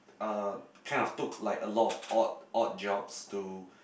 uh kind of took like a lot of odd odd jobs to